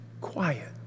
quiet